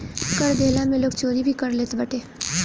कर देहला में लोग चोरी भी कर लेत बाटे